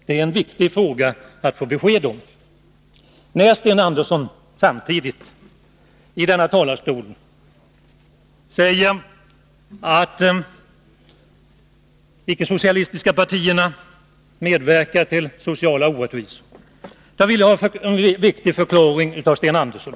Det är en viktig sak att få besked om, när Sten Andersson samtidigt i denna talarstol säger att de icke-socialistiska partierna medverkar till sociala orättvisor. Jag vill ha en viktig förklaring av Sten Andersson.